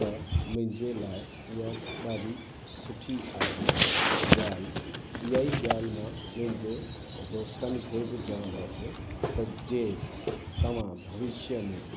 त मुंहिंजे लाइ उहा ॾाढी सुठी आहे ॻाल्हि इहा ई ॻाल्हि मां मुंहिंजे दोस्तनि खे बि चवंदुसि त जे तव्हां भविष्य में